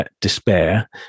despair